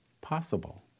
possible